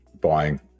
buying